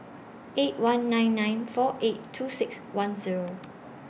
eight one nine nine four eight two six one Zero